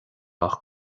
ach